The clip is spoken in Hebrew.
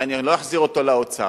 הרי אני לא אחזיר אותו לאוצר,